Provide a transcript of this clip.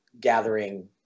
gathering